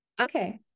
Okay